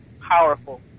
powerful